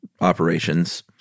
operations